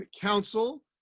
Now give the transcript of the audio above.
Council